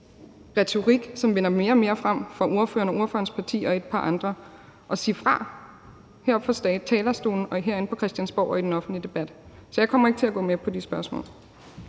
retorik, som vinder mere og mere frem fra ordføreren og ordførerens parti og et par andre heroppe fra talerstolen og herinde på Christiansborg og i den offentlige debat. Så jeg kommer ikke til at gå med på de spørgsmål.